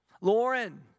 Lauren